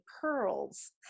pearls